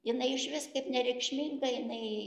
jinai išvis kaip nereikšminga jinai